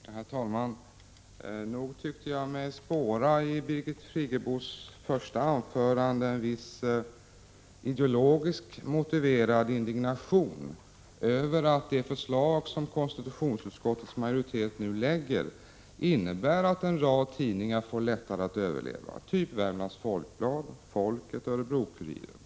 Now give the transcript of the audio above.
Herr talman! Nog tyckte jag mig i Birgit Friggebos första anförande spåra en viss ideologiskt motiverad indignation över att det förslag som konstitutionsutskottets majoritet nu lägger fram innebär att en rad tidningar får lättare att överleva — typ Värmlands Folkblad, Folket och Örebro-Kuriren.